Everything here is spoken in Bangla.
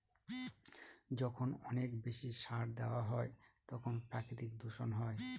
যখন অনেক বেশি সার দেওয়া হয় তখন প্রাকৃতিক দূষণ হয়